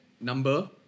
number